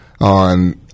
on